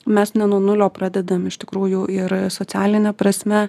mes ne nuo nulio pradedam iš tikrųjų ir socialine prasme